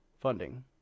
funding